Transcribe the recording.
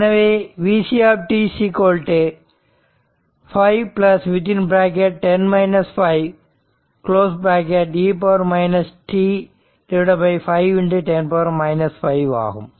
எனவே Vc 5 e t 510 5 ஆகும்